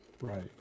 Right